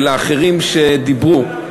ולאחרים שדיברו,